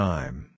Time